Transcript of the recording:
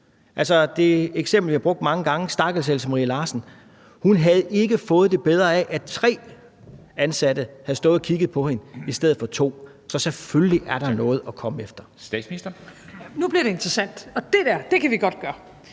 det eksempel, vi har brugt mange gange, nemlig stakkels Else Marie Larsen. Hun havde ikke fået det bedre af, at tre ansatte havde stået og kigget på hende i stedet for to. Så selvfølgelig er der noget at komme efter. Kl. 13:42 Formanden (Henrik Dam